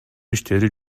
иштери